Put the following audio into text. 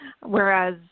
whereas